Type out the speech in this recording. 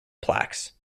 plaques